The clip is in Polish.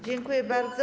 Dziękuję bardzo.